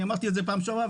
אני אמרתי את זה בפעם שעברה,